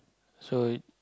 so